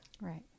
Right